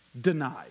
denied